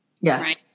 Yes